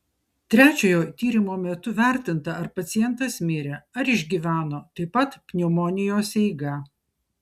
trečiojo tyrimo metu vertinta ar pacientas mirė ar išgyveno taip pat pneumonijos eiga